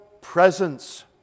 presence